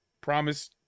promise